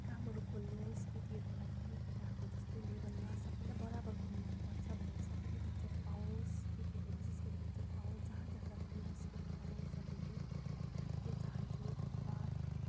कामहरू खोल्नुहोस् केटीहरूको लागि पनि केटाहरूको जस्तै लेबलमा सबैलाई बराबरको हुनुपर्छ भने सबैले इज्जत पाओस् केटीहरूले पनि त्यसरी इज्जत पाओस् जहाँ जाँदा पनि रेस्पेक्ट गरोस् सबैले त्यही चाहन्छु धन्यवाद